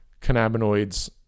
cannabinoids